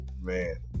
man